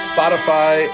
Spotify